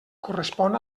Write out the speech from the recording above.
correspon